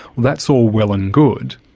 that's all well and good,